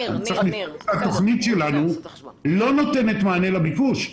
התוכנית שלנו לא נותנת מענה לביקוש.